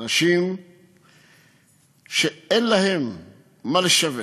אנשים שאין להם מה לשווק,